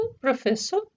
professor